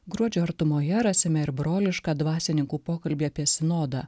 gruodžio artumoje rasime ir brolišką dvasininkų pokalbį apie sinodą